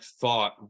thought